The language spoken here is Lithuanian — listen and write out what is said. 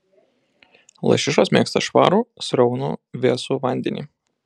lašišos mėgsta švarų sraunų vėsų vandenį